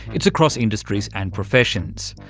it's across industries and professions.